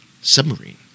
submarine